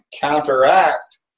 counteract